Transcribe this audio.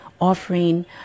offering